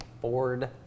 ford